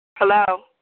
Hello